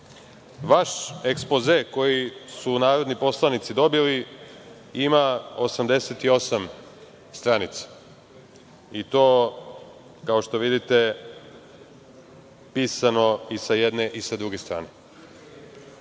Vaš ekspoze, koji su narodni poslanici dobili, imali 88 stranica i to, kao što vidite, pisano i sa jedne i sa druge strane.